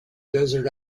desert